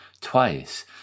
twice